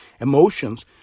emotions